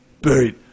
buried